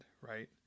right